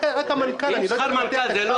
רק שכר המנכ"ל --- אם שכר מנכ"ל זה לא